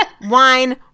Wine